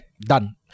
Done